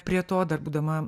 prie to dar būdama